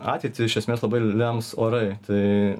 ateitį iš esmės labai lems orai tai